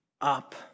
up